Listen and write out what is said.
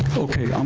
okay,